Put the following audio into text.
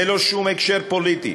ללא שום הקשר פוליטי,